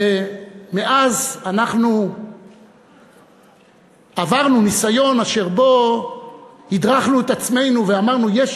ומאז אנחנו עברנו ניסיון אשר בו הדרכנו את עצמנו ואמרנו שיש